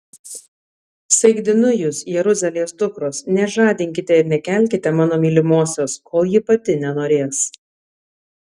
saikdinu jus jeruzalės dukros nežadinkite ir nekelkite mano mylimosios kol ji pati nenorės